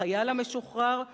לחייל המשוחרר,